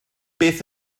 beth